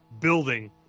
building